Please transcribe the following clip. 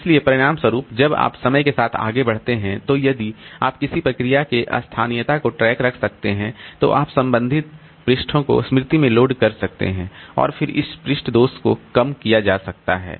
इसलिए परिणामस्वरूप जब आप समय के साथ आगे बढ़ रहे हैं तो यदि आप किसी प्रक्रिया के स्थानीयता का ट्रैक रख सकते हैं तो आप संबंधित पृष्ठों को स्मृति में लोड कर सकते हैं और फिर इस पृष्ठ दोष दर को कम किया जा सकता है